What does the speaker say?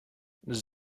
does